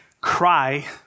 cry